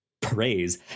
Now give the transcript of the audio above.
praise